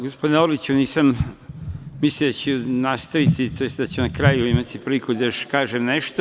Gospodine Orliću, nisam mislio da ću nastaviti, to jest da ću na kraju imati priliku da još kažem nešto.